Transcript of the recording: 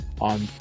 on